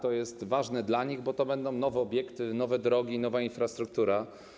To jest ważne dla nich, bo będą nowe obiekty, nowe drogi, nowa infrastruktura.